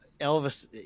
Elvis